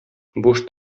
буш